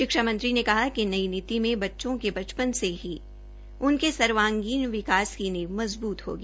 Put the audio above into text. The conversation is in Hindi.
शिक्षा मंत्री ने कहा कि नई नीति में बच्चों के बचपन से ही उनके सर्वागीण विकास की नीव मजबूत होगी